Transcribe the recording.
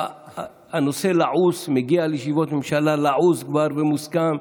הנושא לעוס, מגיע לישיבות ממשלה כבר לעוס ומוסכם.